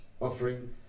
offering